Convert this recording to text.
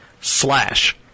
slash